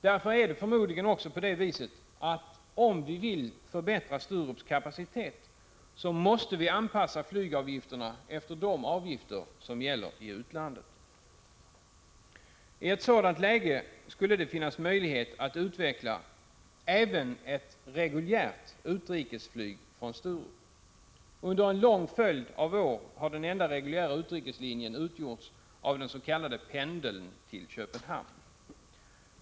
Därför är det förmodligen också på det viset att om vi vill förbättra Sturups kapacitet, måste vi anpassa flygavgifterna efter de avgifter som gäller i utlandet. I ett sådant läge skulle det finnas möjlighet att utveckla även ett reguljärt utrikesflyg från Sturup. Under en lång följd av år har den enda reguljära utrikeslinjen utgjorts av den s.k. pendeln till Köpenhamn.